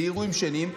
באירועים שונים,